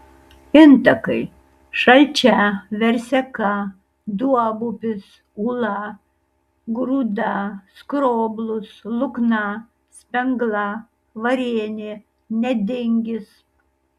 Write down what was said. intakai šalčia verseka duobupis ūla grūda skroblus lukna spengla varėnė nedingis